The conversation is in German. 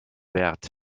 wert